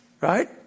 right